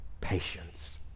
patience